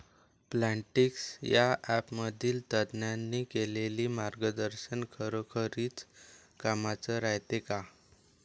Plantix या ॲपमधील तज्ज्ञांनी केलेली मार्गदर्शन खरोखरीच कामाचं रायते का?